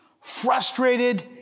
frustrated